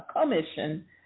commission